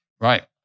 Right